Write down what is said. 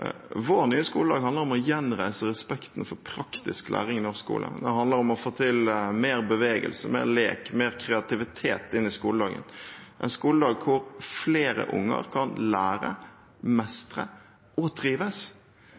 Vår nye skoledag handler om å gjenreise respekten for praktisk læring i norsk skole. Det handler om å få til mer bevegelse, mer lek, mer kreativitet inn i skoledagen – en skoledag der flere unger kan lære, mestre og trives.